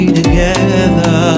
together